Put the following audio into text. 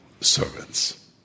servants